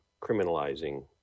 criminalizing